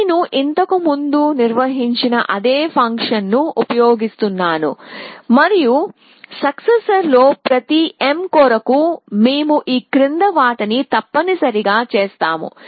నేను ఇంతకు ముందు నిర్వచించిన అదే ఫంక్షన్ను ఉపయోగిస్తున్నాను మరియు సక్సెసర్ లో ప్రతి m కోరకు మేము ఈ క్రింది వాటిని తప్పనిసరిగా చేస్తాము